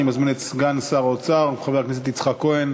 אני מזמין את סגן שר האוצר חבר הכנסת יצחק כהן